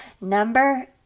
number